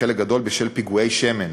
בחלק גדול בשל "פיגועי שמן",